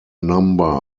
number